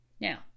now